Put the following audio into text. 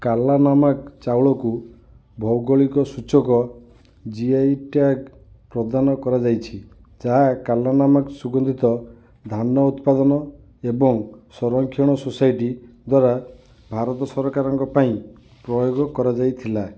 କାଲାନମକ୍ ଚାଉଳକୁ ଭୌଗୋଳିକ ସୂଚକ ଜି ଆଇ ଟ୍ୟାଗ୍ ପ୍ରଦାନ କରାଯାଇଛି ଯାହା କାଲାନମକ୍ ସୁଗନ୍ଧିତ ଧାନ ଉତ୍ପାଦନ ଏବଂ ସଂରକ୍ଷଣ ସୋସାଇଟି ଦ୍ୱାରା ଭାରତ ସରକାରଙ୍କ ପାଇଁ ପ୍ରୟୋଗ କରାଯାଇଥିଲା